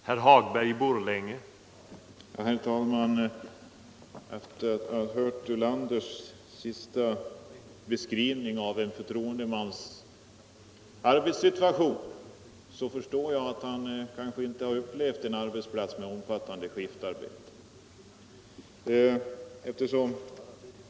Herr talman! Efter att ha hört herr Ulanders senaste beskrivning av en förtroendemans arbetssituation så förstår jag att han nog inte har upplevt en arbetsplats med skiftarbete.